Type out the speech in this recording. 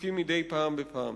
ניתוקים מדי פעם בפעם.